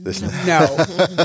No